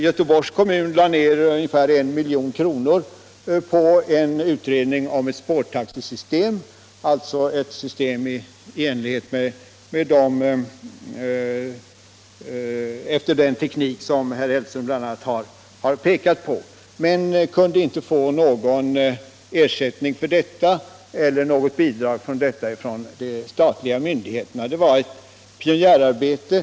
Göteborgs kommun lade ner ungefär 1 milj.kr. på en utredning om ett spårtaxesystem, alltså ett system efter den teknik som herr Hellström bl.a. har pekat på, men kunde inte få någon ersättning eller något bidrag från de statliga myndigheterna. Det var ett pionjärarbete.